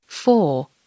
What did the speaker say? Four